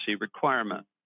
requirement